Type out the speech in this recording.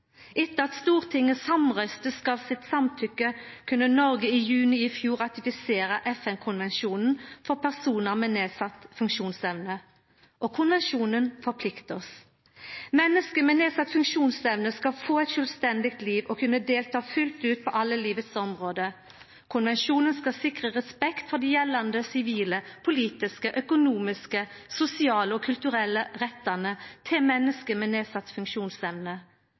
Etter at Stortinget samrøystes gav sitt samtykke, kunne Noreg i juni i fjor ratifisera FN-konvensjonen om rettane til personar med nedsett funksjonsevne, og konvensjonen forpliktar oss. Menneske med nedsett funksjonsevne skal få eit sjølvstendig liv og kunna delta fullt ut på alle livets område. Konvensjonen skal sikra respekt for dei gjeldande sivile, politiske, økonomiske, sosiale og kulturelle rettane til menneske med nedsett funksjonsevne.